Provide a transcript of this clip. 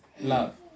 love